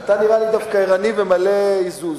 אתה דווקא נראה לי ערני ומלא עזוז.